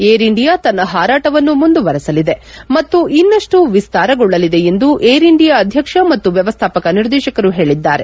air India ತನ್ನ ಹಾರಾಟವನ್ನು ಮುಂದುವರಿಸಲಿದೆ ಮತ್ತು ಇನ್ನಷ್ಟು ವಿಸ್ತಾರಗೊಳ್ಳಲಿದೆ ಎಂದು ಏರ್ ಇಂಡಿಯಾ ಅಧ್ಯಕ್ಷ ಮತ್ತು ವ್ಯವಸ್ಥಾಪಕ ನಿರ್ದೇಶಕರು ಹೇಳಿದ್ದಾರೆ